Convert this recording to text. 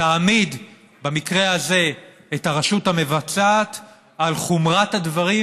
תעמיד במקרה הזה את הרשות המבצעת על חומרת הדברים